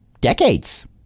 decades